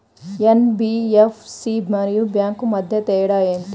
NBFC మరియు bank మధ్య తేడా ఏమిటి?